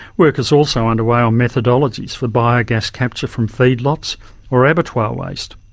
work is also underway on methodologies for bio-gas capture from feedlots or abattoir waste.